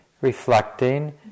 reflecting